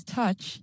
touch